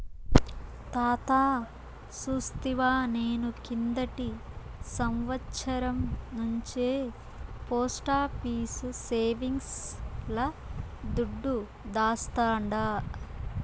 తాతా సూస్తివా, నేను కిందటి సంవత్సరం నుంచే పోస్టాఫీసు సేవింగ్స్ ల దుడ్డు దాస్తాండా